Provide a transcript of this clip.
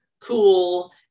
cool